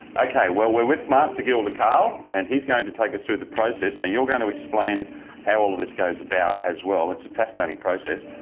okay, we're with master gilder carl, and he's going to take us through the process. now you're going to explain how all of this goes about as well it's a fascinating process.